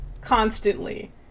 constantly